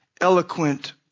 eloquent